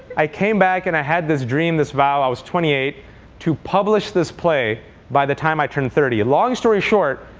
i came back and i had this dream, this vow i was twenty eight to publish this play by the time i turned thirty. long story short,